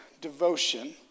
devotion